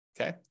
okay